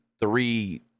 three